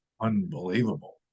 unbelievable